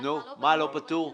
מה לא פטור?